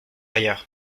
ailleurs